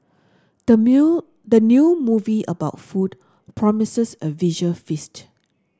the meal the new movie about food promises a visual feast